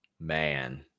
Man